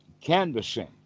canvassing